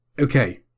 Okay